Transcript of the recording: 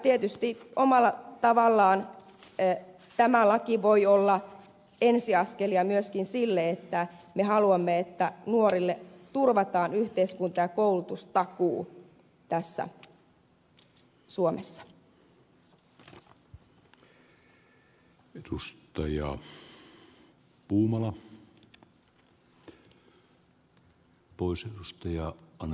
tietysti omalla tavallaan tämä laki voi olla ensiaskelia myöskin sille että me haluamme että nuorille turvataan yhteiskunta ja koulutustakuu täällä suomessa